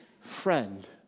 friend